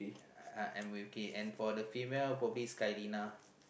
I I am with Kay and for the female probably is Kylinea